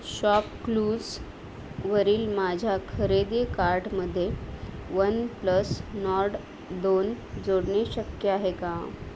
ShopClues वरील माझ्या खरेदी कार्टमध्ये वन प्लस नॉड दोन जोडणे शक्य आहे का